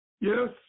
Yes